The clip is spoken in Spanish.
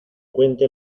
cuente